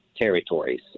territories